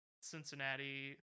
Cincinnati